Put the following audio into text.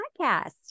podcast